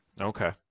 Okay